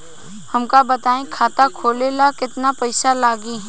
हमका बताई खाता खोले ला केतना पईसा लागी?